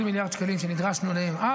20 מיליארד שקלים שנדרשנו אליהם אז,